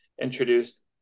introduced